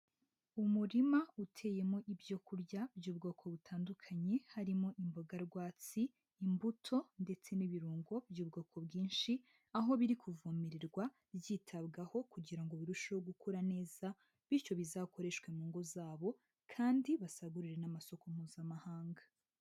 Umurima uteyemo ibyo kurya by'ubwoko butandukanye, harimo imboga rwatsi, imbuto ndetse n'ibirungo by'ubwoko bwinshi, aho biri kuvomererwa byitabwaho kugira ngo birusheho gukura neza bityo bizakoreshwa mu ngo zabo kandi basagurire n'amasoko Mpuzamahanga.